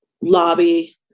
lobby